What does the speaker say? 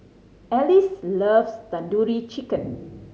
Alize loves Tandoori Chicken